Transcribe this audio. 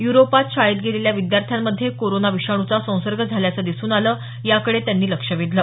युरोपात शाळेत गेलेल्या विद्यार्थ्यांमध्ये कोरोना विषाणूचा संसर्ग झाल्याचं दिसून आलं याकडे त्यांनी लक्ष वेधलं